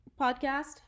podcast